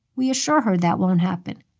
we assure her that won't happen.